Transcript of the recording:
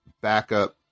backup